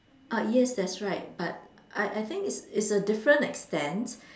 ah yes that's right but I I think it's it's a different extent